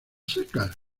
secas